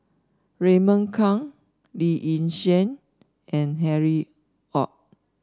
Raymond Kang Lee Yi Shyan and Harry Ord